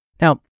Now